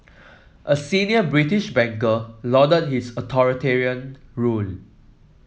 a senior British banker lauded his authoritarian rule